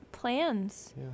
plans